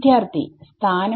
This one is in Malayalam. വിദ്യാർത്ഥി സ്ഥാനം